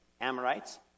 Amorites